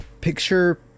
picture